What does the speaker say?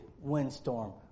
windstorm